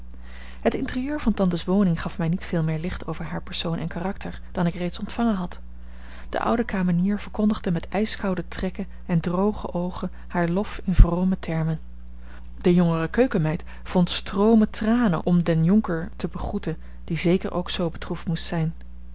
het interieur van tantes woning gaf mij niet veel meer licht over haar persoon en karakter dan ik reeds ontvangen had de oude kamenier verkondigde met ijskoude trekken en droge oogen haar lof in vrome termen de jongere keukenmeid vond stroomen tranen om den jonker te begroeten die zeker ook zoo bedroefd moest zijn